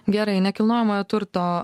gerai nekilnojamojo turto